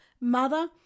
mother